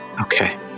Okay